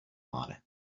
mare